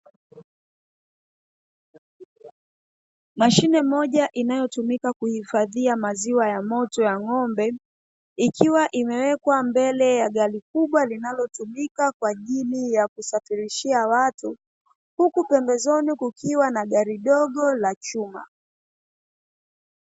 Mashine moja inayotumika kuhifadhia maziwa ya moto ya ng'ombe, ikiwa imewekwa mbele ya gari kubwa linalotumika kwa ajili ya kusafirishia watu, huku pembezoni kukiwa na gari dogo la chuma.